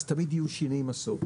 אז תמיד יהיו שיני מסור.